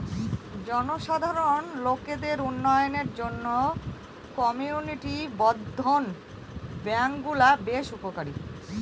জনসাধারণ লোকদের উন্নয়নের জন্য কমিউনিটি বর্ধন ব্যাঙ্কগুলা বেশ উপকারী